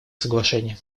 соглашение